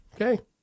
Okay